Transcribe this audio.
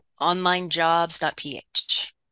onlinejobs.ph